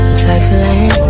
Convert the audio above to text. trifling